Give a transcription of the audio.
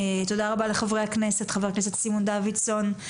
תודה רבה לחברי הכנסת, חבר הכנסת סימון דוידסון.